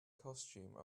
costume